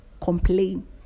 complain